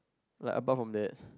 like apart from that